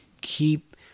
keep